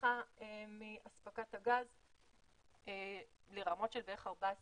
בצריכה מאספקת הגז לרמות של בערך 14 BCM,